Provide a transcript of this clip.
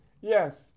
Yes